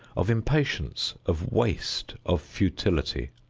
of impatience, of waste, of futility.